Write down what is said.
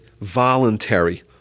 voluntary